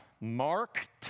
Mark